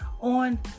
on